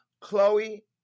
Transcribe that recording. Chloe